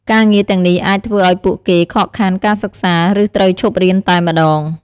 ការងារទាំងនេះអាចធ្វើឲ្យពួកគេខកខានការសិក្សា ឬត្រូវឈប់រៀនតែម្តង។